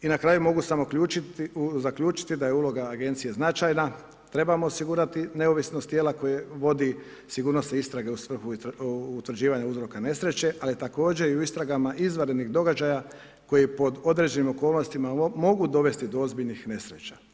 I na kraju mogu samo zaključiti da je uloga agencije značajna, trebamo osigurati neovisnost tijela koje vodi sigurnosne istrage u svrhu utvrđivanja uzroka nesreće ali također i u istragama izvanrednih događaja koji pod određenim okolnostima mogu dovesti do ozbiljnih nesreća.